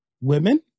women